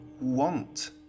want